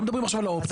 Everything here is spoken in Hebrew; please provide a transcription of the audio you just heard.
לא מדברים על האופציה.